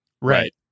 right